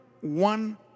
one